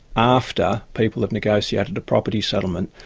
after people have negotiated a property settlement,